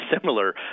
similar